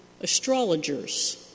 astrologers